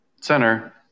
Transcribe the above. center